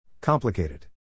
Complicated